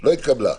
לא התקבלה.